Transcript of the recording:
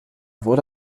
wurde